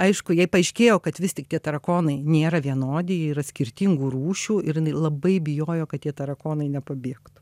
aišku jai paaiškėjo kad vis tik tie tarakonai nėra vienodi jie yra skirtingų rūšių ir jinai labai bijojo kad tie tarakonai nepabėgtų